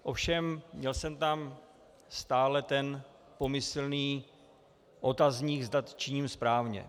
Ovšem měl jsem tam stále ten pomyslný otazník, zda činím správně.